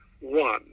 One